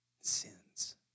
sins